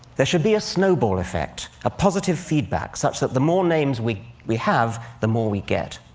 there should be a snowball effect, a positive feedback, such that the more names we we have, the more we get.